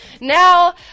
Now